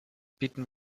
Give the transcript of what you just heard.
bieten